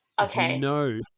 Okay